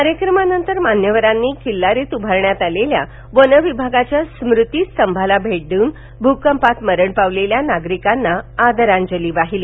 कार्यक्रमानंतर मान्यवरांनी किल्लारीत उभारण्यात आलेल्या वन विभागाच्या स्मृतीस्तंभाला भेट देउन भुकपात मरण पावलेल्या नागरिकांना आदरांजली वाहिली